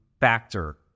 factor